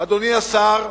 אדוני השר,